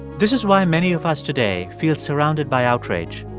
this is why many of us today feel surrounded by outrage.